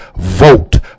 Vote